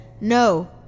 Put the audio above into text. No